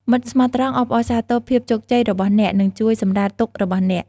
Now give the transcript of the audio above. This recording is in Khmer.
មិត្តស្មោះត្រង់អបអរសាទរភាពជោគជ័យរបស់អ្នក និងជួយសម្រាលទុក្ខរបស់អ្នក។